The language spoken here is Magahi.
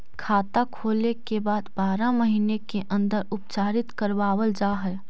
खाता खोले के बाद बारह महिने के अंदर उपचारित करवावल जा है?